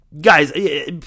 Guys